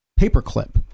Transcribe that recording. paperclip